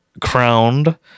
crowned